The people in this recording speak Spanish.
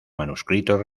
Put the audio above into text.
manuscritos